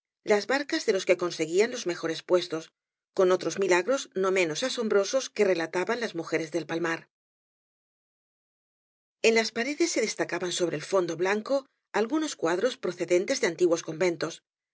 las barcas de los que conseguían los mejores puestos con otros milagros no menos asombrosos que relataban las mujeres del palmar en las paredes se destacaban sobre el fondo blanco algunos cuadres procedentes de antiguos conventos